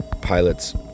pilots